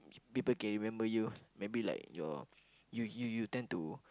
people can remember you maybe like your you you you tend to